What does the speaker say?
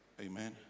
Amen